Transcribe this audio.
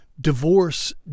Divorce